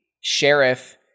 sheriff